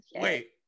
wait